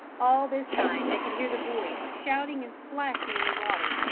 all this time they could hear the boys shouting and splashing in the water,